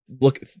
Look